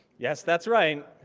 yes, that's right.